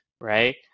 right